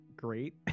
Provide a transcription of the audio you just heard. Great